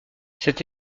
cette